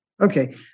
Okay